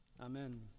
amen